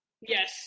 yes